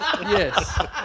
yes